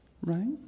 Right